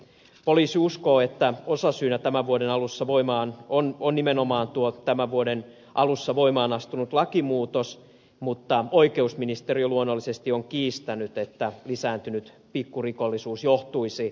poliisi uskoo että osasyynä tämän vuoden alussa voimaan on on nimenomaan tuo tämän vuoden alussa voimaan astunut lakimuutos mutta oikeusministeriö luonnollisesti on kiistänyt että lisääntynyt pikkurikollisuus johtuisi lakimuutoksesta